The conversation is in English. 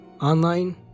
online